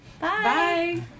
bye